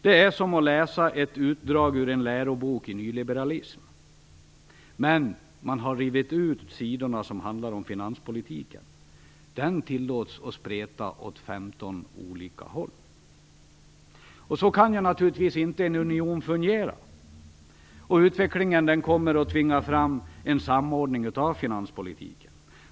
Det är som att läsa ett utdrag ur en lärobok i nyliberalism, fast man har rivit ut sidorna om finanspolitiken. Den tillåts spreta åt 15 olika håll. Så kan en union naturligtvis inte fungera. Utvecklingen kommer att tvinga fram en samordning av finanspolitiken.